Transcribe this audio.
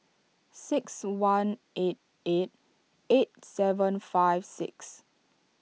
six one eight eight eight seven five six